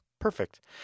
Perfect